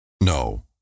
No